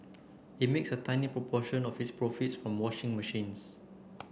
it makes a tiny proportion of its profits from washing machines